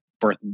birth